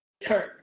turn